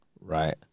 right